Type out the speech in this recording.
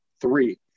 three